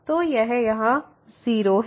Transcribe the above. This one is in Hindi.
तो यह यहां 0 है